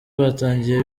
batangiye